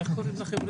איך קוראים לכם?